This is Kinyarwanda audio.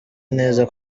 neza